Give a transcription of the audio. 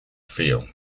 feel